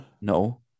No